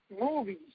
movies